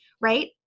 right